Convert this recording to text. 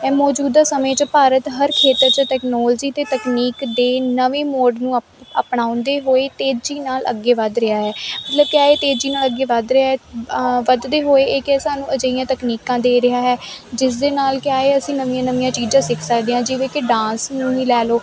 ਐ ਮੌਜੂਦਾ ਸਮੇਂ 'ਚ ਭਾਰਤ ਹਰ ਖੇਤਰ 'ਚ ਟੈਕਨੋਲਜੀ ਅਤੇ ਤਕਨੀਕ ਦੇ ਨਵੇਂ ਮੋੜ ਨੂੰ ਅਪ ਅਪਣਾਉਂਦੇ ਹੋਏ ਤੇਜ਼ੀ ਨਾਲ ਅੱਗੇ ਵੱਧ ਰਿਹਾ ਹੈ ਮਤਲਬ ਕਿਆ ਏ ਤੇਜ਼ੀ ਨਾਲ ਅੱਗੇ ਵੱਧ ਰਿਹਾ ਏ ਵਧਦੇ ਹੋਏ ਇੱਕ ਏ ਸਾਨੂੰ ਅਜਿਹੀਆਂ ਤਕਨੀਕਾਂ ਦੇ ਰਿਹਾ ਹੈ ਜਿਸ ਦੇ ਨਾਲ ਕਿਆ ਏ ਅਸੀਂ ਨਵੀਂਆਂ ਨਵੀਂਆਂ ਚੀਜ਼ਾਂ ਸਿੱਖ ਸਕਦੇ ਹਾਂ ਜਿਵੇਂ ਕਿ ਡਾਂਸ ਨੂੰ ਹੀ ਲੈ ਲੋ